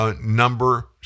number